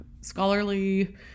scholarly